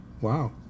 Wow